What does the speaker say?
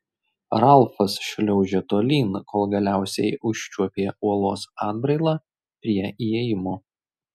ralfas šliaužė tolyn kol galiausiai užčiuopė uolos atbrailą prie įėjimo